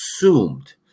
assumed